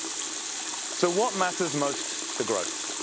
so what matters most to growth?